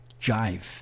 jive